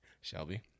Shelby